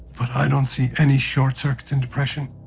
but i don't see any short circuits in depression.